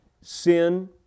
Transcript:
sin